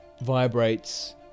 vibrates